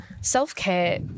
self-care